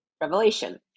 Revelation